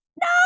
No